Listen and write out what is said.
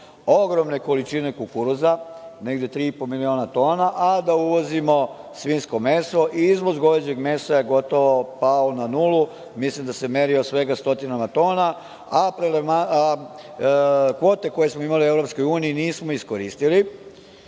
ogromne količine kukuruza, negde tri i po miliona tona, a da uvozimo svinjsko meso i izvoz goveđeg mesa je gotovo pao na nulu. Mislim da se merio svega stotinama tona, a kvote koje smo imali u EU nismo iskoristili.